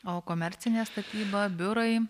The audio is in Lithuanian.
o komercinė statyba biurai